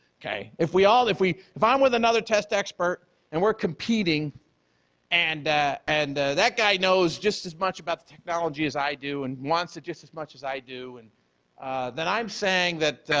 okay? if we all if we if i'm with another test expert and we're competing and and that guy knows just as much about the technology as i do and wants to as much as i do, and then i'm saying that,